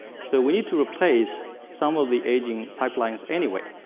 so we need to replace some of the aging pipelines anyway.